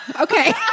Okay